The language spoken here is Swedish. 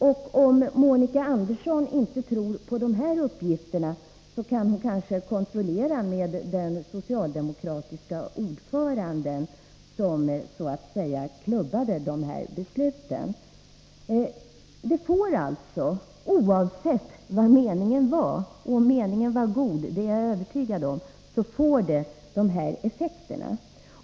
Om Monica Andersson inte tror på dessa uppgifter, skulle hon kunna kontrollera med den socialdemokratiske ordföranden, som klubbade de här besluten. Oavsett vad meningen var — och att den var god är jag övertygad om — får förslaget de här effekterna.